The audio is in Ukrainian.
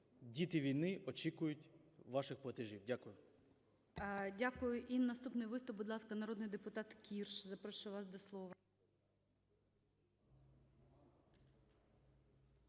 діти війни очікують ваших платежів. Дякую. ГОЛОВУЮЧИЙ. Дякую. І наступний виступ, будь ласка, народний депутат Кірш. Запрошую вас до слова.